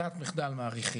שמקרים של ברירת מחדל, מאריכים,